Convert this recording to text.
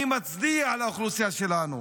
אני מצדיע לאוכלוסייה שלנו.